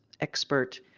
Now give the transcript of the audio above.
expert